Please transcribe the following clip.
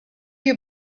you